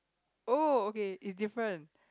oh okay is different